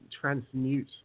transmute